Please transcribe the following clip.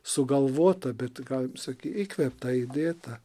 sugalvota bet gal saky įkvėpta įdėta